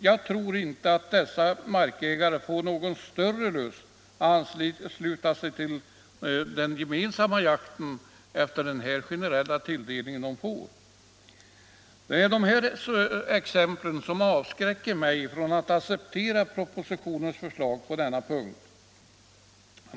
Jag tror inte att dessa markägare får någon lust att ansluta sig till den gemensamma jakten med en sådan generell tilldelning. Det är exempel av detta slag som avskräcker mig från att acceptera propositionens förslag på denna punkt.